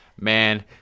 Man